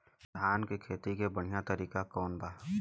धान के खेती के बढ़ियां तरीका कवन बा?